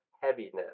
heaviness